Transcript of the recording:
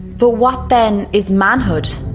but what then is manhood?